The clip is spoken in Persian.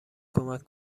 کمک